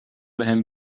بهم